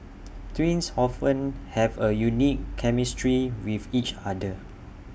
twins often have A unique chemistry with each other